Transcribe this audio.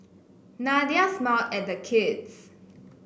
Nadia smiled at the kids